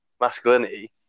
masculinity